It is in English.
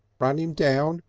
run im down!